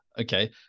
okay